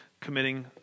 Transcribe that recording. committing